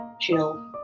chill